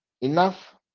Enough